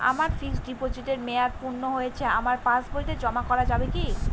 আমার ফিক্সট ডিপোজিটের মেয়াদ পূর্ণ হয়েছে আমার পাস বইতে জমা করা যাবে কি?